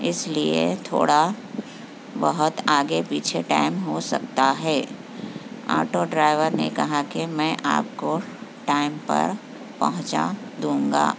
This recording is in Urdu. اس لیے تھوڑا بہت آگے پیچھے ٹائم ہو سکتا ہے آٹو ڈرائیور نے کہا کہ میں آپ کوٹائم پر پہنچا دوں گا